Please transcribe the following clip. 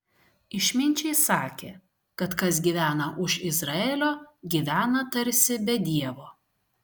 išminčiai sakė kad kas gyvena už izraelio gyvena tarsi be dievo